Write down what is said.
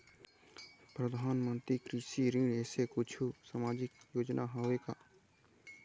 परधानमंतरी कृषि ऋण ऐसे कुछू सामाजिक योजना हावे का?